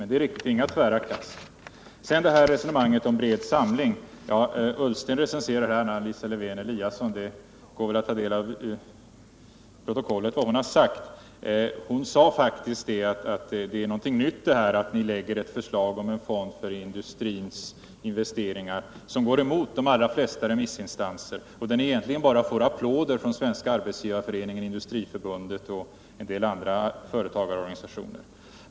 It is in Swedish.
Men det är riktigt att inga tvära kast har skett. Ola Ullsten förde ett resonemang om bred samling och recenserade Anna Lisa Lewén-Eliassons anförande. Det går väl att i protokollet ta del av vad hon har sagt. Hon framhöll faktiskt att det är någonting nytt med ett förslag om en fond för industrins investeringar, vilket går emot de allra flesta remissinstanserna. Ni får applåder egentligen bara av Svenska arbetsgivareföreningen, Industriförbundet och en del andra företagarorganisationer.